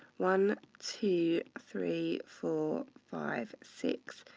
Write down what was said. one, two, three, four, five, six,